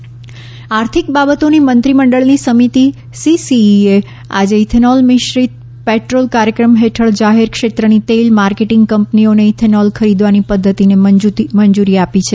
cabinet આર્થિક બાબતોની મંત્રીમંડળની સમિતિ સીસીઇએ આજે ઇથેનોલ મિશ્રિત પેટ્રોલ કાર્યક્રમ હેઠળ જાહેર ક્ષેત્રની તેલ માર્કેટીંગ કંપનીઓને ઇથેનોલ ખરીદવાની પધ્ધતિને મંજૂરી આપી છે